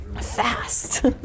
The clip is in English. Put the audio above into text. Fast